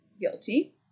guilty